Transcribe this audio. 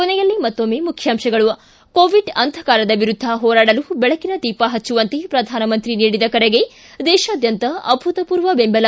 ಕೊನೆಯಲ್ಲಿ ಮತ್ತೊಮ್ಮೆ ಮುಖ್ಯಾಂಶಗಳು ಿ ಕೋವಿಡ್ ಅಂಧಕಾರದ ವಿರುದ್ದ ಹೋರಾಡಲು ಬೆಳಕಿನ ದೀಪ ಪಚ್ಚುವಂತೆ ಪ್ರಧಾನಮಂತ್ರಿ ನೀಡಿದ ಕರೆಗೆ ದೇಶಾದ್ಯಂತ ಅಭೂತಪೂರ್ವ ಬೆಂಬಲ